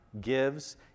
gives